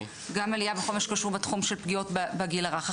עלייה בכל מה שקשור בתחום של פגיעות בגיל הרך.